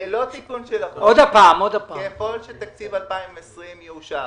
ככל שתקציב 2020 יאושר,